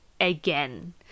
again